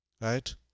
right